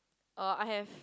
uh I have